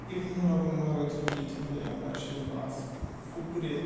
বিভিন্ন রকমভাবে ধরি ধরে আমরা সেই মাছ পুকুরে